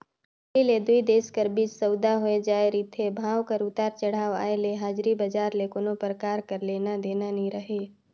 पहिली ले दुई देश कर बीच सउदा होए जाए रिथे, भाव कर उतार चढ़ाव आय ले हाजरी बजार ले कोनो परकार कर लेना देना नी रहें